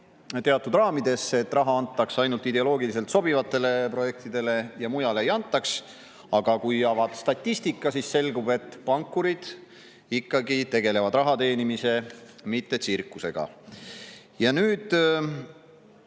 teatud raamidesse, et raha antaks ainult ideoloogiliselt sobivatele projektidele ja mujale ei antaks, aga kui avada statistika, siis selgub, et pankurid ikkagi tegelevad raha teenimise, mitte tsirkusega. Sellises